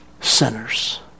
sinners